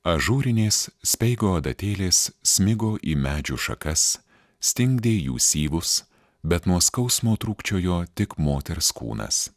ažūrinės speigo adatėlės smigo į medžių šakas stingdė jų syvus bet nuo skausmo trūkčiojo tik moters kūnas